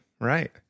right